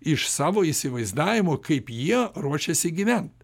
iš savo įsivaizdavimo kaip jie ruošiasi gyvent